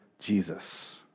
Jesus